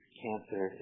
cancer